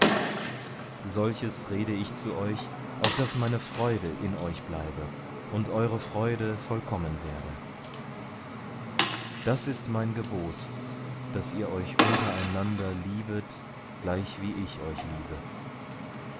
solches rede ich zu euch auf daß meine freude in euch bleibe und eure freude vollkommen werde das ist mein gebot daß ihr euch untereinander liebet gleichwie ich euch liebe